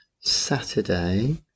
Saturday